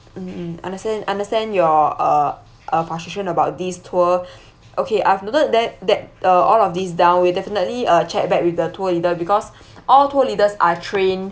mm mm understand understand your uh uh frustration about this tour okay I've noted that that uh all of these down we'll definitely uh check back with the tour leader because all tour leaders are trained